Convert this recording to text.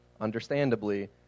understandably